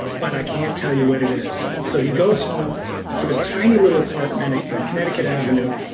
but i can't tell you what it is. so he goes home to his tiny little apartment on connecticut avenue,